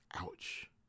Ouch